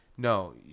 No